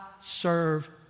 serve